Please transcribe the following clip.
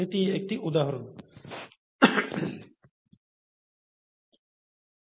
এটি একটি উদাহরণ ছিল